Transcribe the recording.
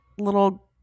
little –